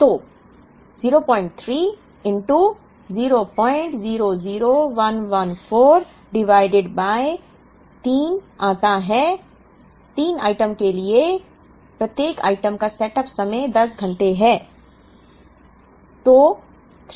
तो 03 000114 divided by 3 आता है 3 आइटम के कारण प्रत्येक आइटम का सेटअप समय 10 घंटे है